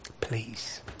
Please